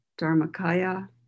Dharmakaya